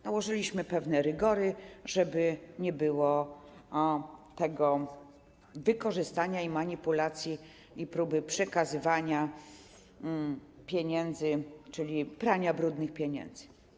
Nałożyliśmy pewne rygory, żeby nie było wykorzystywania tego i manipulacji, i próby przekazywania pieniędzy, czyli prania brudnych pieniędzy.